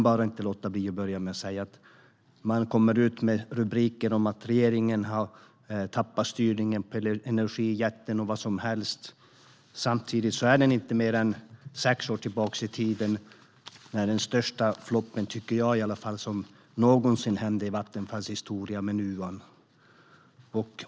Det kommer rubriker om att regeringen har tappat styrningen av energijätten, men samtidigt är det inte mer än sex år sedan den största floppen i Vattenfalls historia, Nuon.